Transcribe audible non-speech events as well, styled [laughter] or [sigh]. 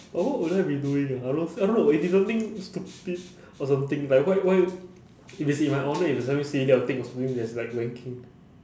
but what would I be doing ah I don't I don't know if it's something stupid [breath] or something like why why if it's in my honour if it's something silly then I will think of something that is like wanking